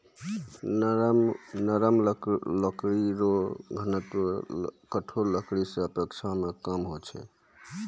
नरम लकड़ी रो घनत्व कठोर लकड़ी रो अपेक्षा कम होय छै